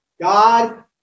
God